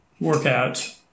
workout